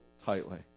tightly